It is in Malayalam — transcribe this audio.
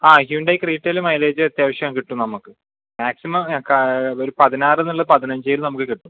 ആ ഹ്യുണ്ടായ് ക്രെറ്റയില് മൈലേജ് അത്യാവശ്യം കിട്ടും നമുക്ക് മാക്സിമം ഒരു പതിനാറ്ന്നുള്ളത് പതിനഞ്ച് വരെ നമുക്ക് കിട്ടും